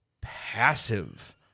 passive